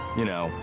you know,